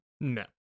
No